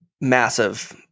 massive